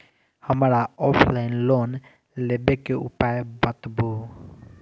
हमरा offline loan लेबे के उपाय बतबु?